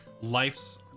life's